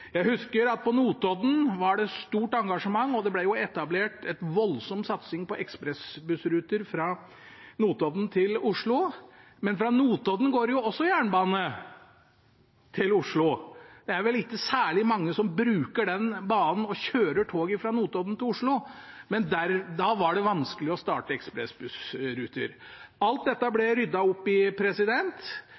Jeg husker at på Notodden var det stort engasjement, og det ble etablert en voldsom satsing på ekspressbussruter fra Notodden til Oslo. Men fra Notodden går det også jernbane til Oslo. Det er vel ikke særlig mange som bruker den banen og kjører tog fra Notodden til Oslo, men da var det vanskelig å starte ekspressbussruter. Alt dette ble ryddet opp i